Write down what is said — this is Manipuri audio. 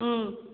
ꯎꯝ